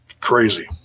Crazy